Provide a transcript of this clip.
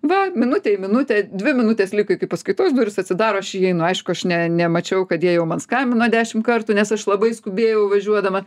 va minutė į minutę dvi minutės liko iki paskaitos durys atsidaro aš įeinu aišku aš ne nemačiau kad jie jau man skambino dešim kartų nes aš labai skubėjau važiuodama